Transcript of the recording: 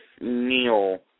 Neil